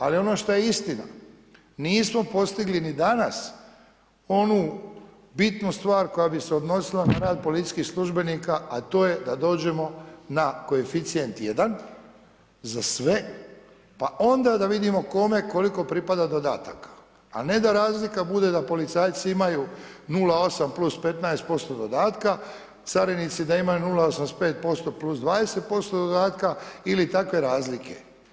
Ali ono što je istina, nismo postigli ni danas onu bitnu stvar koja bise odnosila na rad policijskih službenika a to je da dođemo na koeficijent 1,00 za sve pa onda da vidimo kome koliko pripada dodataka a ne da razlika bude da policajci imaju 0,80 + 15% dodatka, carinici da imaju 0,85 + 20% dodatka ili takve razlike.